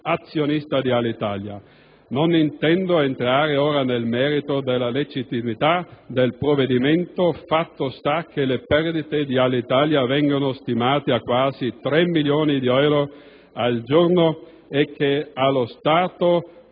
azionista di Alitalia. Ora non intendo entrare nel merito della legittimità del provvedimento, fatto sta che le perdite di Alitalia vengono stimate a quasi tre milioni di euro al giorno e che, allo stato,